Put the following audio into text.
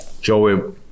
Joey